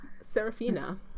Serafina